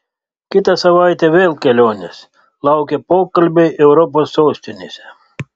kitą savaitę vėl kelionės laukia pokalbiai europos sostinėse